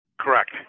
Correct